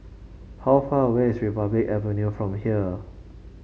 how far away is Republic Avenue from here